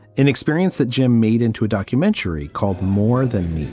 an experience that jim made into a documentary called more than